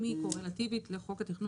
היא קורלטיבית לחוק התכנון והבנייה?